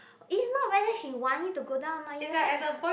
is not whether she want you to go down or not you had